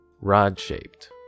Rod-shaped